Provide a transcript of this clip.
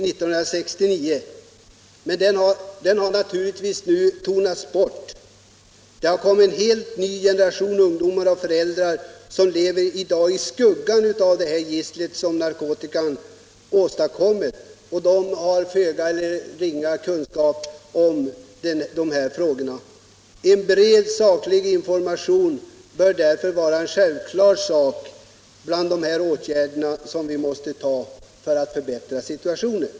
Verkningarna av denna har naturligtvis nu tonat bort — vi har fått en helt ny generation av ungdomar och föräldrar, som i dag lever i skuggan av det gissel som narkotikan åstadkommer. De har föga eller ingen kunskap i dessa frågor. En bred och saklig information bör därför vara en självklar åtgärd i arbetet på att förbättra situationen.